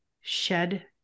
shed